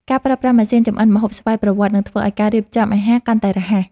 ការប្រើប្រាស់ម៉ាស៊ីនចម្អិនម្ហូបស្វ័យប្រវត្តិ នឹងធ្វើឱ្យការរៀបចំអាហារកាន់តែរហ័ស។